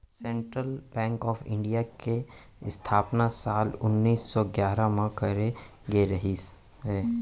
central bank of India के इस्थापना साल उन्नीस सौ गियारह म करे गे रिहिस हे